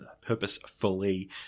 purposefully